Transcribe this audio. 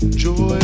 joy